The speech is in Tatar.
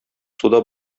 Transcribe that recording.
суда